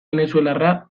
venezuelarra